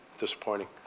disappointing